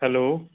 hello